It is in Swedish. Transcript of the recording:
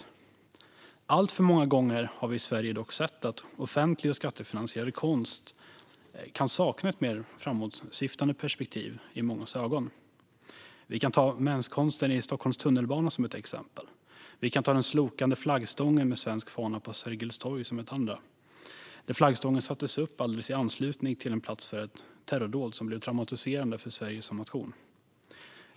Dock har vi alltför många gånger i Sverige sett att offentlig och skattefinansierad konst i mångas ögon verkar sakna ett mer framåtsyftande perspektiv. Vi kan ta menskonsten i Stockholms tunnelbana som ett exempel. Vi kan ta den slokande flaggstången med en svensk fana på Sergels torg som ett andra exempel, där flaggstången sattes upp alldeles i anslutning till en plats för ett terrordåd som blev traumatiserande för Sverige som nation.